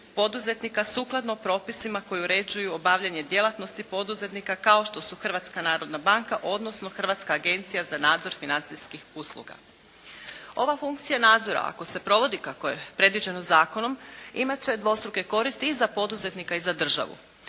poduzetnika sukladno propisima koji uređuju obavljanje djelatnosti poduzetnika kao što su Hrvatska narodna banka, odnosno Hrvatska agencija za nadzor financijskih usluga. Ova funkcija nadzora ako se provodi kako je predviđeno zakonom imat će dvostruke koristi i za poduzetnika i za državu.